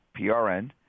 PRN